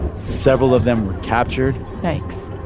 several of them were captured yikes